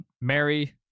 Mary